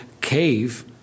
cave